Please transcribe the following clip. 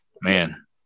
man